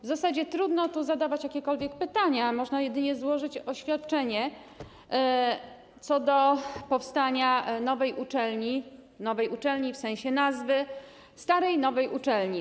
W zasadzie trudno tu zadawać jakiekolwiek pytania, można jedynie złożyć oświadczenie co do powstania nowej uczelni w sensie nazwy - starej nowej uczelni.